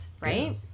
right